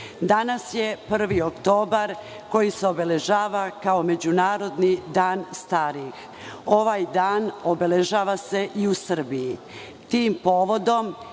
danas je 1. oktobar, koji se obeležava kao Međunarodni dan starih. Ovaj dan obeležava se i u Srbiji.